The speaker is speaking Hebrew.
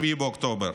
7 באוקטובר,